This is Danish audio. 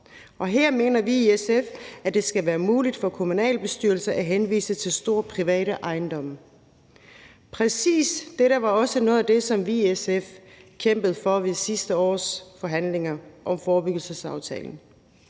her mener vi i SF, at det skal være muligt for kommunalbestyrelser at henvise til store, private ejendomme. Præcis dette var også noget af det, som vi i SF kæmpede for ved sidste års forhandlinger om forebyggelsesaftalen.